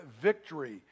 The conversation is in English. victory